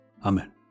Amen